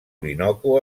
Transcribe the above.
orinoco